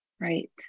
Right